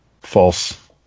false